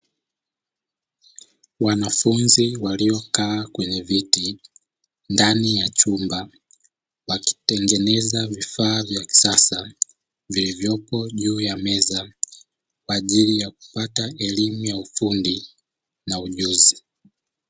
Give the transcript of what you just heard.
Wanafunzi waliokaa kwenye viti ndani ya chumba, wakitengeneza vifaa vya kisasa vilivyopo juu ya meza kwaajili ya kupata elimu ya ufundi na ujuzi.